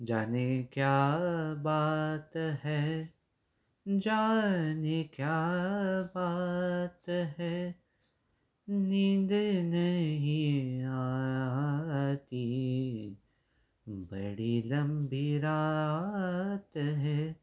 जाने क्या बात है जाने क्या बात है निंद नही आती बडी लंबी रात है